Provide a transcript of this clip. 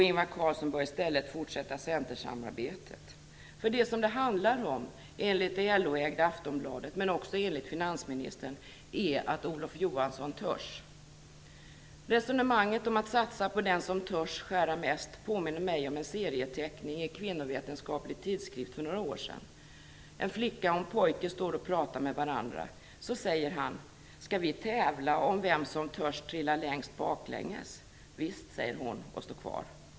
Ingvar Carlsson bör i stället fortsätta centersamarbetet, för det som det handlar om - enligt det LO-ägda Aftonbladet men också enligt finansministern - är att Olof Resonemanget om att satsa på den som törs skära mest påminner mig om en serieteckning i Kvinnovetenskaplig tidskrift för några år sedan. En flicka och en pojke står och pratar med varandra. Så säger han: Ska vi tävla om vem som törs böja sig längst bakåt? Visst, säger hon och står kvar.